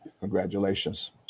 Congratulations